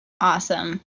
Awesome